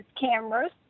cameras